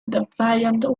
deviant